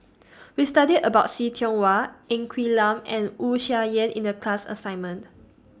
We studied about See Tiong Wah Ng Quee Lam and Wu Tsai Yen in The class assignment